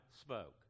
spoke